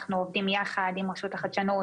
אנחנו עובדים יחד עם רשות החדשנות,